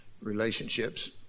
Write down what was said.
relationships